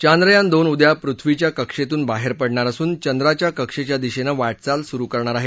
चांद्रयान दोन उद्या पृथ्वीघ्या कक्षेतून बाहेर पडणार असून चंद्राच्या कक्षेच्या दिशेनं वा आल सुरू करणार आहे